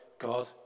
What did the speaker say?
God